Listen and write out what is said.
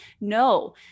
No